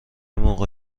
موقع